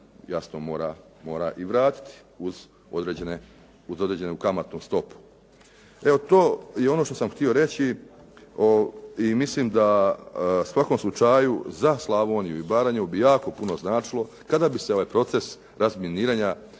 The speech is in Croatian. jasno mora i vratiti uz određenu kamatnu stopu. Evo to je ono što sam htio reći i mislim da u svakom slučaju za Slavoniju i Baranju bi jako puno značilo kada bi se ovaj proces razminiranja